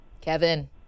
Kevin